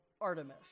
Artemis